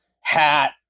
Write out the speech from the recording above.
hat